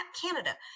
Canada